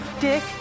dick